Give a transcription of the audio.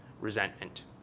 resentment